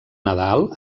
nadal